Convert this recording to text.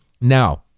Now